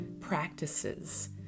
practices